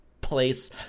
place